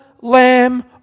Lamb